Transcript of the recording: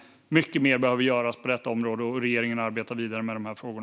Mycket mer behöver dock göras på området, och regeringen arbetar därför vidare med dessa frågor.